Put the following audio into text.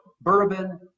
bourbon